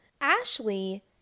Ashley